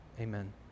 Amen